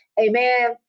amen